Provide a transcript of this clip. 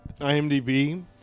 IMDb